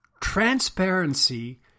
transparency